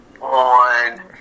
on